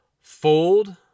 fold